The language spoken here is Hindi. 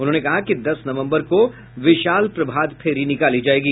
उन्होंने कहा कि दस नवम्बर को विशाल प्रभात फेरी निकाली जायेगी